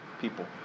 people